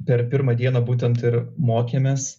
per pirmą dieną būtent ir mokėmės